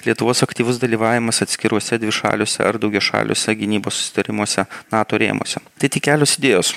lietuvos aktyvus dalyvavimas atskiruose dvišaliuose ar daugiašaliuose gynybos susitarimuose nato rėmuose tai tik kelios idėjos